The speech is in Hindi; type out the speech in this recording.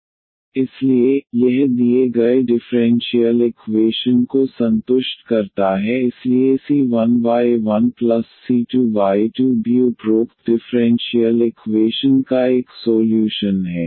dndxnc1y1c2y2a1dn 1dxn 1c1y1c2y2anc1y1c2y2 c1dndxny1a1dn 1dxn 1y1any1c2dndxny2a1dn 1dxn 1y2any20 इसलिए यह दिए गए डिफ़्रेंशियल इकवेशन को संतुष्ट करता है इसलिए c1y1c2y2 भी उपरोक्त डिफ़्रेंशियल इकवेशन का एक सोल्यूशन है